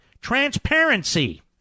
Transparency